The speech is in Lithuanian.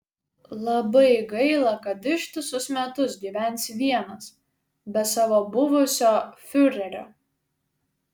labai gaila kad ištisus metus gyvensi vienas be savo buvusio fiurerio